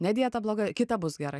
ne dieta bloga kita bus gerai